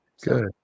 Good